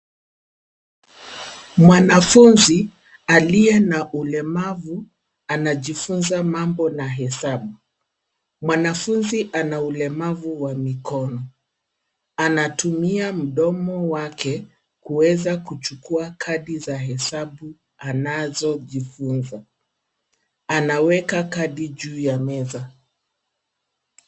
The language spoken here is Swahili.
Mwanafunzi aliye na ulemavu anajifunza mambo na hesabu. Mwanafunzi ana ulemavu wa mikono. Anatumia mdomo wake kuweza kuchukua kadi za hesabu anazojifunza. Anaweka kadi juu ya meza.